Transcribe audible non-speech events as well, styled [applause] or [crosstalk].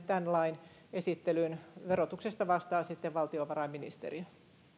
[unintelligible] tämän lain esittelyyn verotuksesta vastaa sitten valtiovarainministeriö